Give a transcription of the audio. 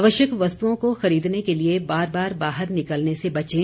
आवश्यक वस्तुओं को खरीदने के लिए बार बार बाहर निकलने से बचें